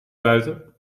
buiten